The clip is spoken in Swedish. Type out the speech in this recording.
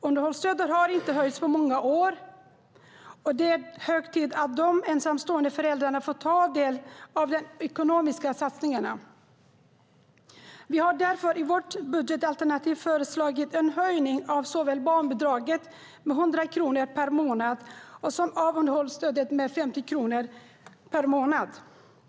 Underhållsstödet har inte höjts på många år, och det är hög tid att de ensamstående föräldrarna får ta del av de ekonomiska satsningarna. Vi har därför i vårt budgetalternativ föreslagit en höjning av såväl barnbidraget med 100 kronor per månad som underhållsstödet med 50 kronor per månad.